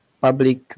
public